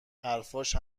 حرفاش